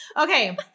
Okay